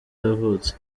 yavutse